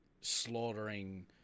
slaughtering